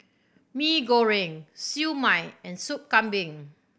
Mee Goreng Siew Mai and Sup Kambing